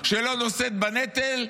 שלא נושאת בנטל,